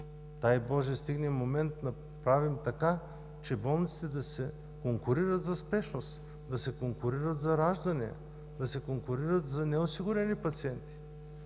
дай Боже стигнем момент да направим така, че болниците да се конкурират за спешност, да се конкурират за раждания, да се конкурират за неосигурени пациенти.